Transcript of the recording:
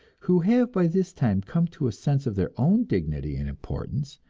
who have by this time come to a sense of their own dignity and importance,